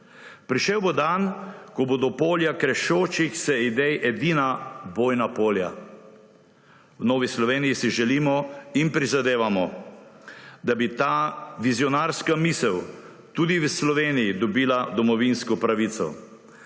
»Prišel bo dan, ko bodo polja krešočih se idej edina bojna polja.« V Novi Sloveniji si želimo in prizadevamo, da bi ta vizionarska misel tudi v Sloveniji dobila domovinsko pravico.